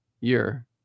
year